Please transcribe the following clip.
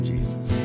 Jesus